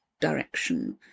direction